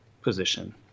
position